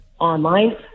online